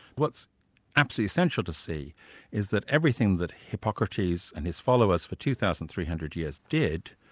what's absolutely essential to see is that everything that hippocrates and his followers for two thousand three hundred years did,